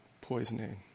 poisoning